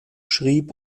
schrieb